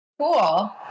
cool